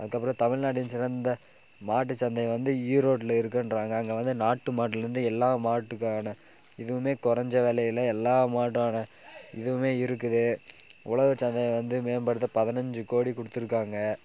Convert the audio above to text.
அதுக்கப்புறம் தமிழ்நாட்டின் சிறந்த மாட்டுச் சந்தை வந்து ஈரோட்டில் இருக்குன்றாங்க அங்கே வந்து நாட்டு மாட்டுலருந்து எல்லா மாட்டுக்கான இதுவும் கொறைஞ்ச விலையில எல்லா மாட்டோடய இதுவும் இருக்குது உழவர் சந்தையை வந்து மேம்படுத்த பதினஞ்சி கோடி கொடுத்துருக்காங்க